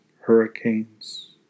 hurricanes